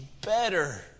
better